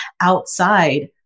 outside